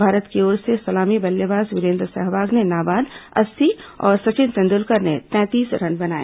भारत की ओर से सलामी बल्लेबाज वीरेन्द्र सहवाग ने नाबाद अस्सी और सचिन तेंदुलकर ने तैंतीस रन बनाए